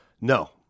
No